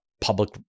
public